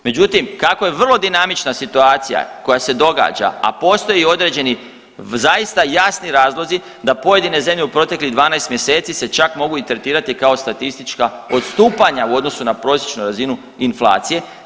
Međutim kako je vrlo dinamična situacija koja se događa, a postoji određeni zaista jasni razlozi da pojedine zemlje u proteklih 12 mjeseci se čak mogu i tretirati kao statistička odstupanja u odnosu na prosječnu razinu inflacije.